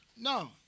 No